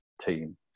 team